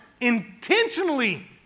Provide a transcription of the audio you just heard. intentionally